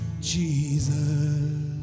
JESUS